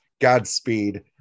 Godspeed